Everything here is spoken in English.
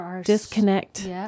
disconnect